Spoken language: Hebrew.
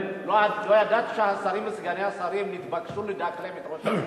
לא ידעתי שהשרים וסגני השרים נתבקשו לדקלם את ראש הממשלה.